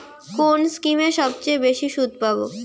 কোন স্কিমে সবচেয়ে বেশি সুদ পাব?